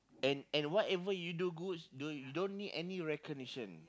and and whatever you do goods don't you don't need any recognition